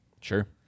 Sure